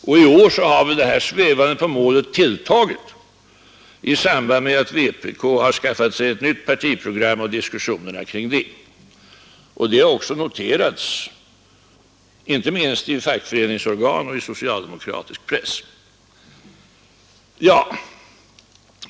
Och i år har det här svävandet på målet tilltagit i "samband med diskussionen kring å noterats inte minst i fackför vpk:s nya partiprogram. Det har oc eningsorgan och i socialdemokratisk press.